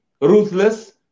ruthless